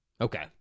Okay